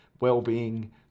well-being